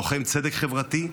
לוחם צדק חברתי,